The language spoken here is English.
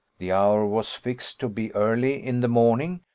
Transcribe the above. the hour was fixed to be early in the morning,